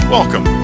Welcome